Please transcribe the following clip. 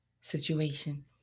Situation